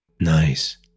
Nice